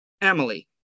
Emily